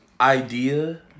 idea